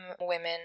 women